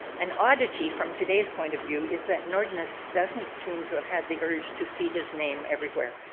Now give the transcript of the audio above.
an oddity from today's point of view is that nordness doesn't seem to have had the urge to see his name everywhere,